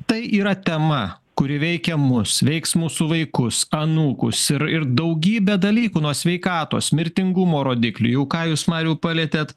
tai yra tema kuri veikia mus veiks mūsų vaikus anūkus ir ir daugybę dalykų nuo sveikatos mirtingumo rodiklių jau ką jūs mariau palietėt